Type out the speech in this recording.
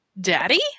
Daddy